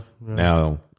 now